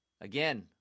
again